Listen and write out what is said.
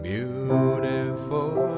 Beautiful